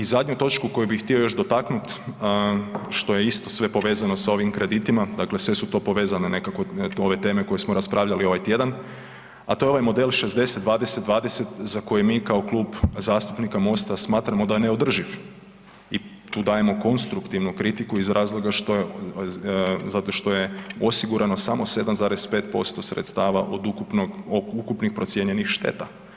I zadnju točku koju bih htio još dotaknut što je isto sve povezano s ovim kreditima, dakle sve su to povezane nekako ove teme koje smo raspravljali ovaj tjedan, a to je ovaj model 60:20:20 za koji mi kao Klub zastupnika MOST-a smatramo da je neodrživ i tu dajemo konstruktivnu kritiku iz razloga što je, zato što je osigurano samo 7,5% sredstava od ukupnog, od ukupnih procijenjenih šteta.